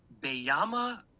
Bayama